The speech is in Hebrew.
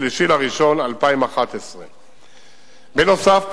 ב-3 בינואר 2011. בנוסף,